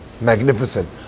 magnificent